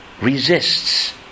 resists